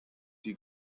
die